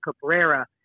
Cabrera